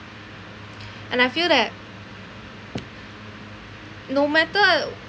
and I feel that no matter